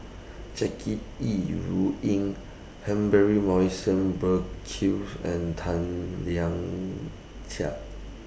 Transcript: Jackie Yi Ru Ying Humphrey Morrison Burkill's and Tan Lian Chye